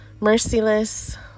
merciless